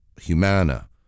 Humana